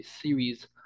series